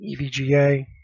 EVGA